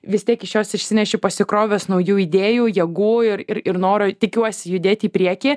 vis tiek iš jos išsineši pasikrovęs naujų idėjų jėgų ir ir noro tikiuosi judėti į priekį